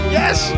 yes